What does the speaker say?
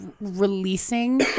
releasing